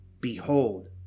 Behold